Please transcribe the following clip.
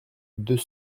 deux